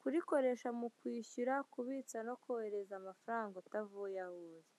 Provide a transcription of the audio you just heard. kurikoresha mu kwishyura, kubitsa no kohereza amafaranga utavuye aho uri.